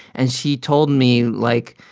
and she told me, like,